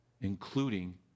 Including